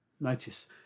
Notice